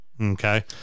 Okay